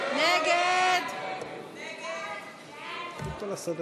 סעיף תקציבי 53, משפטים